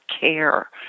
care